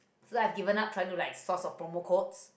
so I given up trying to like source of promote codes